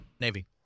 Navy